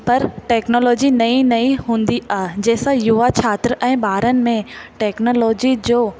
परि टेक्नोलिजी नई नई हूंदी आहे जंहिं सां युवा छात्र ऐं ॿारनि में टेक्नोलोजी जो